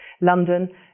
London